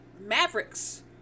Mavericks